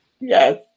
Yes